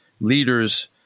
leaders